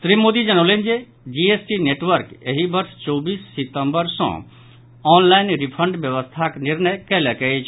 श्री मोदी जनौलन जे GST network एहि वर्ष चौबीस सितंबर सॅ ऑनलाइन रिफंड व्यवस्थाक निर्णय कयलक अछि